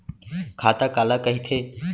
खाता काला कहिथे?